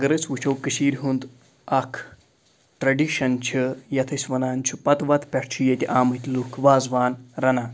اگر أسۍ وٕچھو کٔشیٖرِ ہُنٛد اَکھ ٹریڈِشَن چھِ یَتھ أسۍ وَنان چھِ پَتہٕ وَتہٕ پٮ۪ٹھ چھِ ییٚتہِ آمٕتۍ لُکھ وازوان رَنان